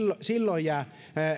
silloin jää tavallaan